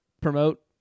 promote